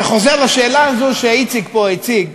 זה חוזר לשאלה הזו שאיציק פה הציג,